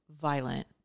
violent